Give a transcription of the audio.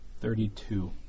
Thirty-two